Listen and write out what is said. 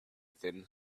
thin